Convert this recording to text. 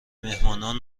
میهمانان